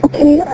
Okay